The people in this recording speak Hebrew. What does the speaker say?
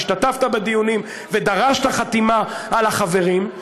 השתתפת בדיונים ודרשת חתימה על החברים,